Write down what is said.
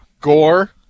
Gore